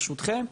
ברשותכם.